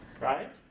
Right